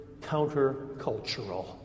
countercultural